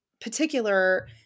particular